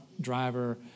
driver